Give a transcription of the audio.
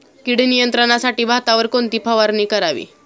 कीड नियंत्रणासाठी भातावर कोणती फवारणी करावी?